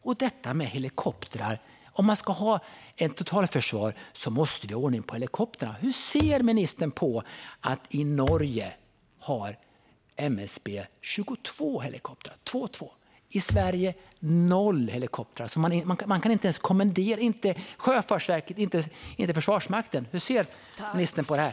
När det gäller helikoptrar måste man också ha ordning på dem om man ska ha ett totalförsvar. MSB i Norge har 22 helikoptrar - 22 stycken. MSB i Sverige har noll helikoptrar. Och man kan inte ens kommendera in hjälp från Sjöfartsverket eller Försvarsmakten. Hur ser ministern på det här?